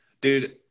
dude